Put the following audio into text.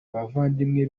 bavandimwe